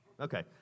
Okay